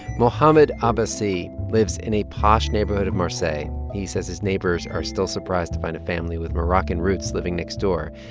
mohamed abbassi lives in a posh neighborhood in marseille. he says his neighbors are still surprised to find a family with moroccan roots living next door.